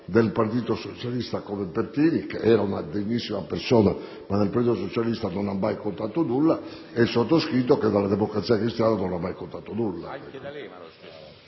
del Partito Socialista come Pertini, che era una bravissima persona, ma nel Partito Socialista non ha mai contato nulla, e come il sottoscritto, che nella Democrazia Cristiana non ha mai contato nulla,